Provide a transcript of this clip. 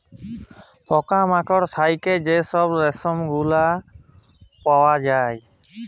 পকা মাকড় থ্যাইকে যে ছব রেশম গুলা পাউয়া যায়